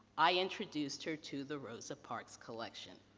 i introduced her to the rosa parks collection.